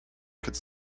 could